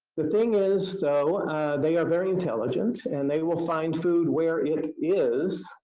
the thing is, though they are very intelligent, and they will find food where it is,